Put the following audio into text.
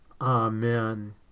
Amen